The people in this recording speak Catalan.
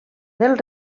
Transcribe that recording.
del